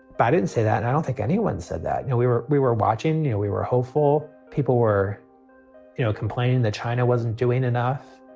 but i didn't say that, i don't think anyone said that. know, we were we were watching. you know, we were hopeful. people were you know complaining that china wasn't doing enough.